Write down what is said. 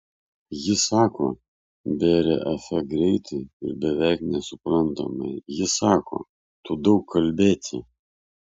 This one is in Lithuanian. ji sako bėrė afe greitai ir beveik nesuprantamai ji sako tu daug kalbėti